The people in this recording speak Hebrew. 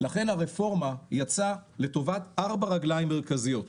לכן הרפורמה יצאה לטובת ארבע רגליים מרכזיות,